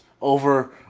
over